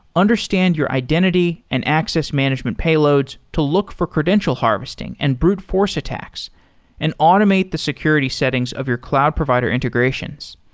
understand your identity and access management payloads to look for credential harvesting and brute force attacks and automate the security settings of your cloud provider integrations.